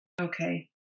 Okay